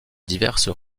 diverses